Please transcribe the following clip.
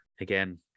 again